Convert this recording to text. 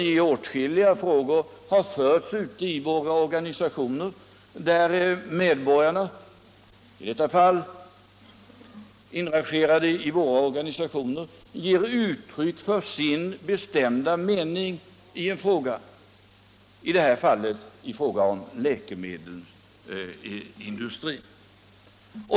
I åtskilliga frågor har debatten förts ute i våra organisationer där medlemmarna givit uttryck för sin bestämda mening, i detta fall om läkemedelsindustrin.